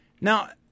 Now